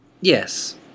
Yes